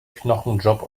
knochenjob